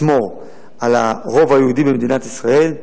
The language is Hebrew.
לשמור על הרוב היהודי במדינת ישראל,